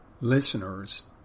listeners